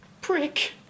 Prick